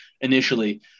initially